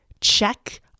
Check